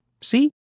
See